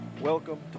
Welcome